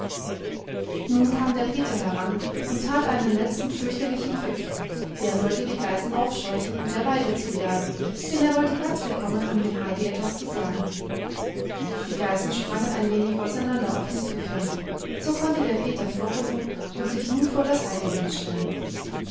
nun kam der peter heran und tat einen letzten fürchterlichen pfiff der sollte die geißen aufscheuchen und der weide zujagen denn er wollte platz bekommen um dem heidi etwas zu sagen die geißen sprangen ein wenig auseinander auf den pfiff hin so konnte der peter vorrücken und sich nun vor das heidi hinstellen